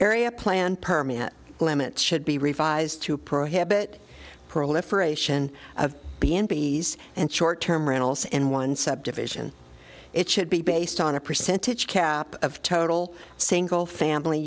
area plan permit limits should be revised to prohibit proliferation of b m b s and short term rentals in one subdivision it should be based on a percentage of total single family